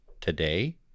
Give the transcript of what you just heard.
today